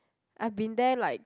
I've been there like